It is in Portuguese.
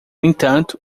entanto